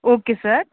okay sir